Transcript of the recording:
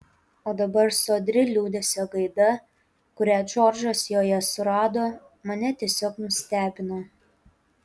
o dabar sodri liūdesio gaida kurią džordžas joje surado mane tiesiog nustebino